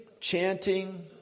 chanting